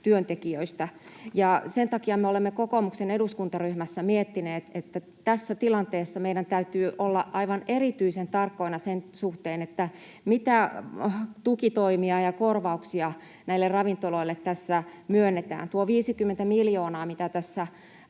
työntekijöistä. Sen takia me olemme kokoomuksen eduskuntaryhmässä miettineet, että tässä tilanteessa meidän täytyy olla aivan erityisen tarkkoina sen suhteen, mitä tukitoimia ja korvauksia ravintoloille tässä myönnetään. Tuo 50 miljoonaa, mikä tässä